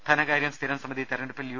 ധനകാര്യം സ്ഥിരം സമിതി തെരഞ്ഞെ ടുപ്പിൽ യു